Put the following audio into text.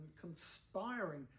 conspiring